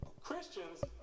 Christians